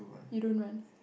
you don't want